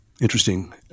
interesting